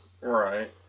Right